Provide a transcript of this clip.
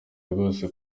rwose